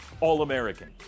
all-american